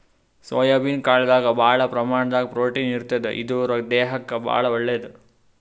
soybean ಕಾಳ್ದಾಗ್ ಭಾಳ್ ಪ್ರಮಾಣದಾಗ್ ಪ್ರೊಟೀನ್ ಇರ್ತದ್ ಇದು ದೇಹಕ್ಕಾ ಭಾಳ್ ಒಳ್ಳೇದ್